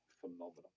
phenomenal